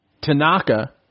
Tanaka